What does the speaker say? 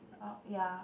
orh ya